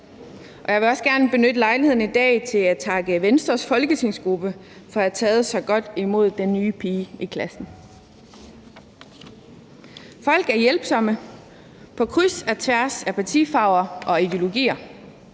Jeg vil også gerne benytte lejligheden i dag til at takke Venstres folketingsgruppe for at have taget så godt imod den nye pige i klassen. Folk er hjælpsomme på kryds og tværs af partifarver og ideologier.